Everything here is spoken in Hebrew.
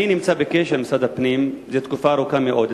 אני נמצא בקשר עם משרד הפנים תקופה ארוכה מאוד,